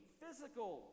physical